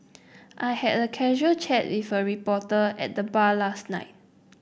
I had a casual chat with a reporter at the bar last night